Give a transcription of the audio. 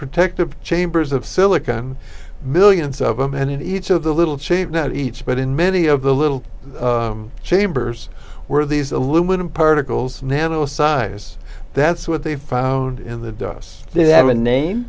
protective chambers of silicon millions of a man in each of the little cheat not each but in many of the little chambers were these aluminum particles nano size that's what they found in the dust they have a name